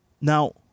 Now